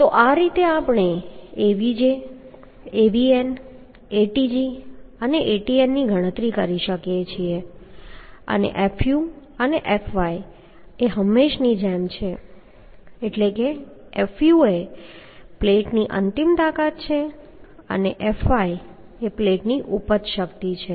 તો આ રીતે આપણે Avg Avn Atg અને Atn ની ગણતરી કરી શકીએ છીએ અને fu અને fy એ હંમેશની જેમ છે એટલે કે fu એ પ્લેટની અંતિમ તાકાત છે અને fy એ પ્લેટની ઉપજ શક્તિ છે